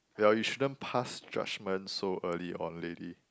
well you shouldn't pass judgement so early on lady